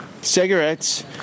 cigarettes